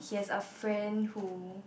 he has a friend who